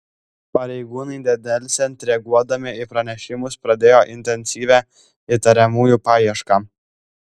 pareigūnai nedelsiant reaguodami į pranešimus pradėjo intensyvią įtariamųjų paiešką